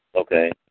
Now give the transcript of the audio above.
Okay